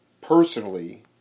personally